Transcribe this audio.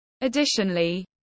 Additionally